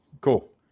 cool